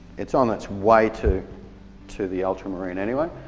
it's on its way to to the ultramarine anyway.